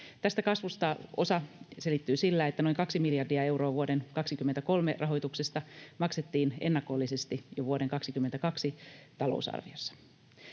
Tästä kasvusta osa selittyy sillä, että noin kaksi miljardia euroa vuoden 23 rahoituksesta maksettiin ennakollisesti jo vuoden 22 puolella.